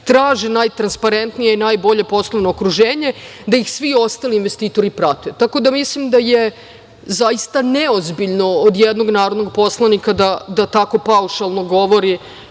traže najtransparentnije i najbolje poslovno okruženje, da ih svi ostali investitori prate. Tako da, mislim da je zaista neozbiljno od jednog narodnog poslanika da tako paušalno govori